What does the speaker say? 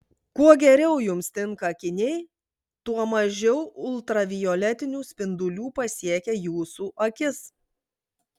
kuo geriau jums tinka akiniai tuo mažiau ultravioletinių spindulių pasiekia jūsų akis